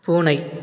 பூனை